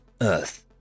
Earth